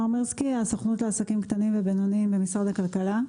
אני מהסוכנות לעסקים קטנים ובינוניים במשרד הכלכלה.